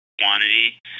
quantity